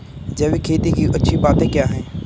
जैविक खेती की अच्छी बातें क्या हैं?